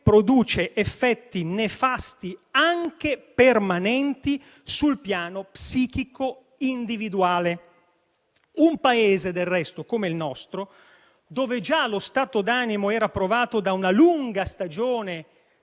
produce effetti nefasti, anche permanenti, sul piano psichico individuale. Del resto, nel nostro Paese lo stato d'animo era già provato da una lunga stagione